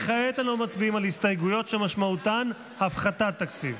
כעת אנו מצביעים על הסתייגויות שמשמעותן הפחתת תקציב.